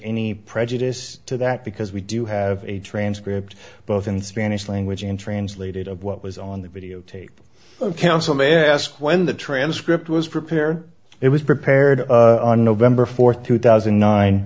any prejudice to that because we do have a transcript both in spanish language and translated of what was on the videotape counsel may i ask when the transcript was prepared it was prepared on november fourth two thousand